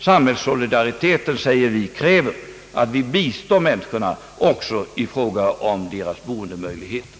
Samhällssolidariteten, säger vi, kräver att vi bistår människorna också i fråga om deras boendemöjligheter.